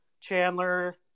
Chandler